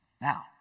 Now